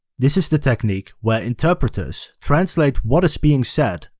this is the technique where interpreters translate what is being said,